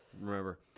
Remember